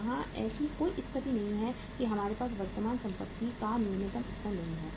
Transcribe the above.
जहां ऐसी कोई स्थिति नहीं है कि हमारे पास वर्तमान संपत्ति का न्यूनतम स्तर नहीं है